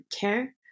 care